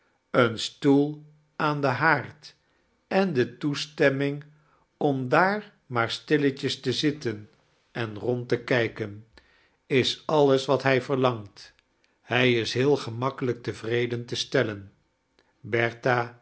een stoel aan den haard en de toestemming ran daar maar stalletjes te zitten en rond te kijken is allies wat hij vesrlangt hij is heel gemakkelijk tevtredien te stellen